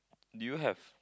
do you have